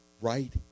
right